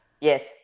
yes